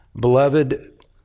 Beloved